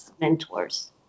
mentors